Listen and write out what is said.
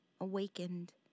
awakened